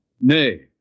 Nay